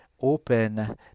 open